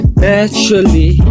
naturally